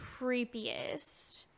creepiest